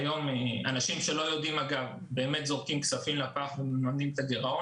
אנשים שלא יודעים באמת זורקים כספים לפח ומממנים את הגירעון.